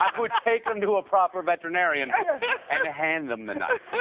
um would take him to a proper veterinarian and hand them the knife.